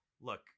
Look